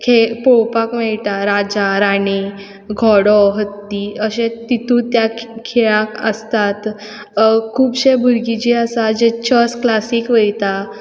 खेळ पोळोपाक मेयटा राजा राणी घोडो हत्ती अशें तितूंत त्या खेळाक आसतात खुबशे भुरगे जे आसा जे चेस क्लासीक वयता